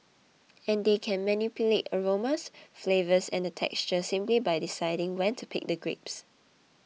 and they can manipulate aromas flavours and textures simply by deciding when to pick the grapes